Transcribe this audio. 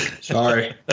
sorry